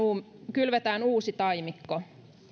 kylvetään uusi taimikko